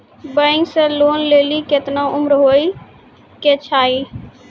Bank से loan लेली केतना उम्र होय केचाही?